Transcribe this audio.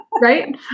Right